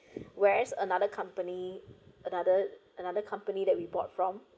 whereas another company another another company that we bought from